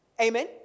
Amen